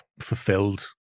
fulfilled